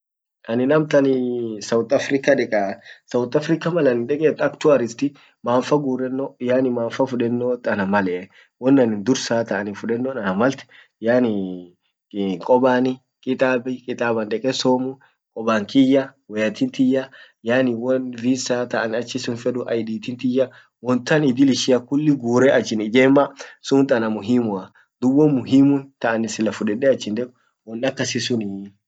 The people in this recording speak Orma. anin amtani south africa dekasouth africa malan deket ak touristi man fagurrenno yaani man fafuddennot annan male won annin dursa ta annin fudennon annan maltyaani kobani kitabi kitab an deke somu koban kiyya woya tiyya yaani won visa tan achisun fedduwon tan iddil ishiakulli gure achin ijjemma sunt anna muhimua dub won muhimun taanin sila fudedeachin dek won akasisunii